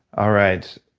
all right.